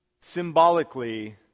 Symbolically